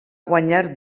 guanyar